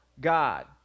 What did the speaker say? God